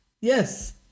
Yes